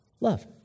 love